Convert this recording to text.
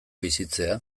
bizitzea